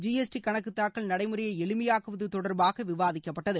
GST கணக்கு தூக்கல் நடைமுறையை எளிமையாக்குவது தொடர்பாக விவாதிக்கப்பட்டது